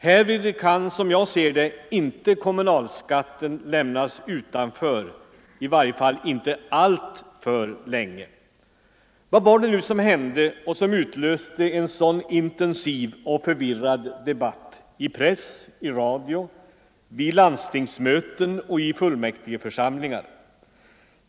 Härvid kan, som jag ser det, inte kommunalskatten lämnas utanför — i varje fall inte alltför länge. Vad var det nu som hände och som utlöste en sådan intensiv och förvirrad debatt i press, i radio, vid landstingsmöten och i fullmäktigeförsamlingar?